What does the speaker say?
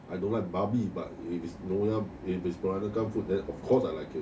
I don't like babi but if it's nyonya if it's peranakan food then of course I like it